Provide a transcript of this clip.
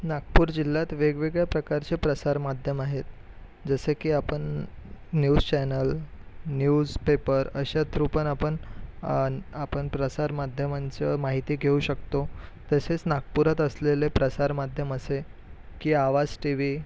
नागपूर जिल्ह्यात वेगवेगळ्या प्रकारचे प्रसार माध्यम आहेत जसे की आपण न्यूज चॅनल न्यूज पेपर अशा थ्रू पण आपण आपण प्रसार माध्यमांचं माहिती घेऊ शकतो तसेच नागपुरात असलेले प्रसार माध्यम असे की आवाज टी व्ही